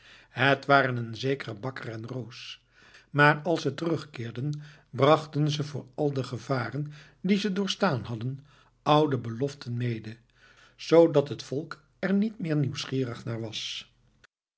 het waren een zekere bakker en roos maar als ze terugkeerden brachten ze voor al de gevaren die ze doorstaan hadden oude beloften mede zoodat het volk er niet meer nieuwsgierig naar was